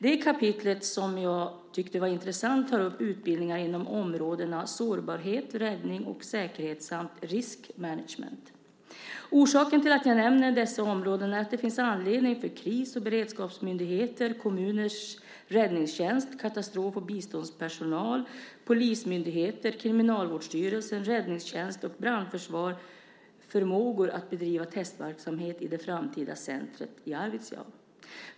Det kapitlet, som jag tyckte var intressant, tar upp utbildningar inom områdena sårbarhet, räddning och säkerhet samt risk management . Orsaken till att jag nämner dessa områden är att det finns anledning för kris och beredskapsmyndigheter, kommuners räddningstjänst, katastrof och biståndspersonal, polismyndigheter, Kriminalvårdsstyrelsen, räddningstjänst och brandförsvarsförmågor att bedriva testverksamhet i det framtida centret i Arvidsjaur.